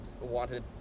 wanted